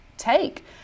Take